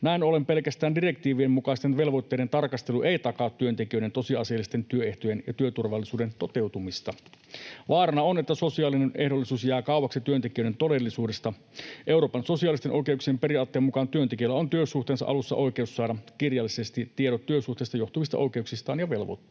Näin ollen pelkästään direktiivien mukaisten velvoitteiden tarkastelu ei takaa työntekijöiden tosiasiallisten työehtojen ja työturvallisuuden toteutumista. Vaarana on, että sosiaalinen ehdollisuus jää kauaksi työntekijöiden todellisuudesta. Euroopan sosiaalisten oikeuksien periaatteen mukaan työntekijällä on työsuhteensa alussa oikeus saada kirjallisesti tiedot työsuhteesta johtuvista oikeuksistaan ja velvoitteistaan.